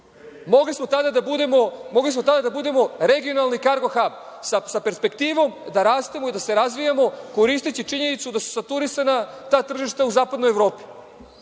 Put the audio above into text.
Mogli smo tada da budemo regionalni kargo hab, sa perspektivom da rastemo i da se razvijamo, koristeći činjenicu da su saturisana ta tržišta u zapadnoj Evropi,